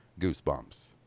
goosebumps